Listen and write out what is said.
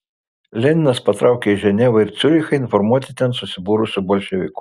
leninas patraukė į ženevą ir ciurichą informuoti ten susibūrusių bolševikų